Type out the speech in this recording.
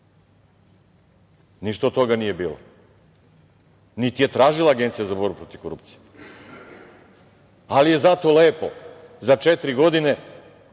Ništa od toga nije bilo, niti je tražila Agencija za borbu protiv korupcije. Ali je zato lepo za četiri godine